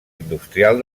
industrial